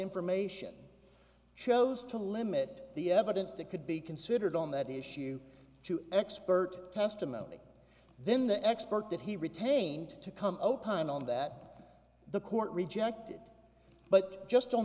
information chose to limit the evidence that could be considered on that issue to expert testimony then the expert that he retained to come opine on that the court rejected but just on